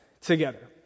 together